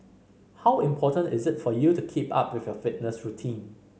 how important is it for you to keep up with your fitness routine